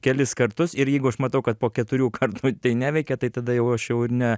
kelis kartus ir jeigu aš matau kad po keturių kartų tai neveikia tai tada jau aš jau ir ne